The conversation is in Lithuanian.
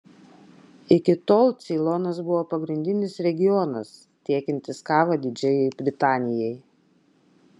iki tol ceilonas buvo pagrindinis regionas tiekiantis kavą didžiajai britanijai